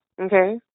Okay